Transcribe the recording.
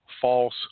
false